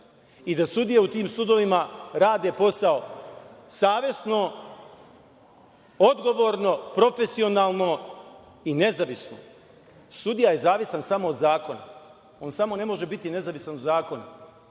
i da sudije u tim sudovima rade posao savesno, odgovorno, profesionalno i nezavisno. Sudija je zavistan samo od zakona. On samo ne može biti nezavisan od zakona.